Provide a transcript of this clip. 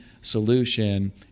solution